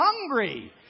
hungry